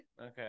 Okay